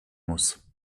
muss